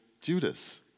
Judas